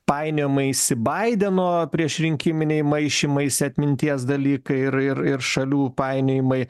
painiojimaisi baideno priešrinkiminiai maišymaisi atminties dalykai ir ir ir šalių painiojimai